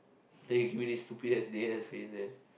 then you give me this stupid ass deadass face then